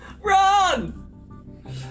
Run